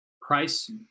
price